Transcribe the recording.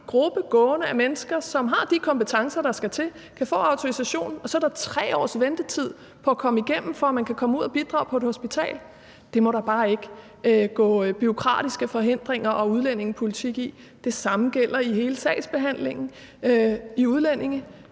gruppe af mennesker gående, som har de kompetencer, der skal til, og som kan få autorisation, men at der så er 3 års ventetid på at komme igennem, så de kan komme ud og bidrage på et hospital. Det må der bare ikke gå bureaukratiske forhindringer og udlændingepolitik i. Det samme gælder i hele sagsbehandlingen i Udlændingestyrelsen,